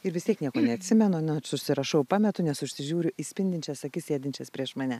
ir vis tiek nieko neatsimenu na susirašau pametu nes užsižiūriu į spindinčias akis sėdinčias prieš mane